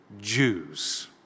Jews